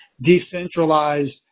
decentralized